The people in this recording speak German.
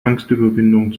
angstüberwindung